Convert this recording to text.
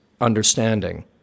understanding